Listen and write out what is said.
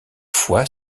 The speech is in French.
fois